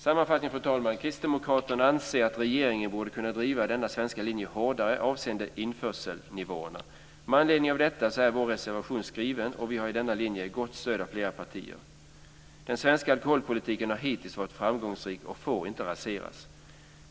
Sammanfattningsvis, fru talman, anser kristdemokraterna att regeringen borde kunna driva den svenska linjen avseende införselnivåerna hårdare. Med anledning av detta är vår reservation skriven. Vi har i denna linje gott stöd av flera partier. Den svenska alkoholpolitiken har hittills varit framgångsrik och får inte raseras.